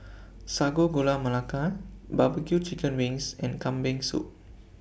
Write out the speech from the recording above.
Sago Gula Melaka Barbecue Chicken Wings and Kambing Soup